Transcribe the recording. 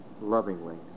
lovingly